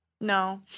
No